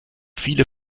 viele